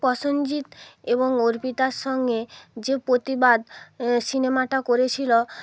প্রসেনজিৎ এবং অর্পিতার সঙ্গে যে প্রতিবাদ সিনেমাটা করেছিলো